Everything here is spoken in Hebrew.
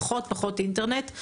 פחות אינטרנט.